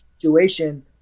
situation